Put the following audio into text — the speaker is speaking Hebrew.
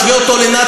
משווה אותו לנאצי,